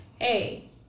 Hey